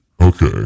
Okay